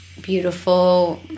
beautiful